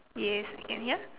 yes can hear